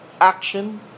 action